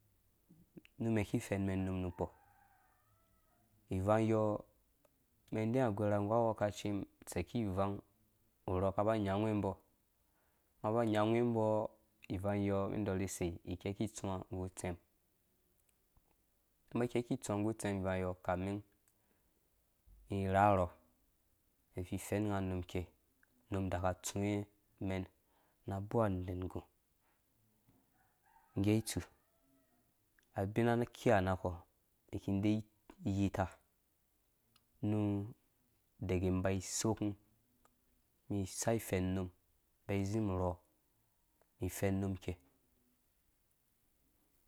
Nu mɛn ki fɛn mɛn num nu kpɔ ivang yɔ mɛn dɛɛ agora nggu awekaci mum tseki ivang urɔ kaba nyangu wembɔ nga ba nyangu wɛmbɔ ivangyɔ mɛn dɔri sei ikɛki itsuwe nggu utsem mɛn keki itsuwa nggu utsem ivang yɔ kami mɛn fɛn nga num kei num daka tsuwe mɛn na aboo aenggu ngge tsu abina kiha nakɔ miki de iyita nu deke mba sokũ mi sai fɛnnum mba zi mi fennum kei.